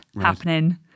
happening